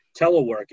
teleworking